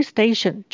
Station